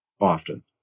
often